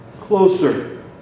closer